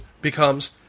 becomes